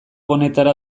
honetara